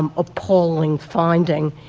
um appalling finding.